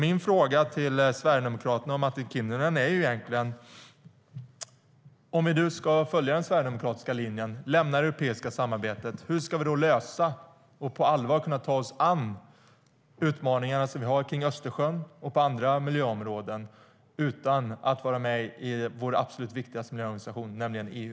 Min fråga till Sverigedemokraterna och Martin Kinnunen är, om vi nu ska följa den sverigedemokratiska linjen och lämna det europeiska samarbetet: Hur ska vi kunna lösa och på allvar kunna ta oss an utmaningarna som vi har kring Östersjön och på andra miljöområden utan att vara med i vår absolut viktigaste miljöorganisation, nämligen EU?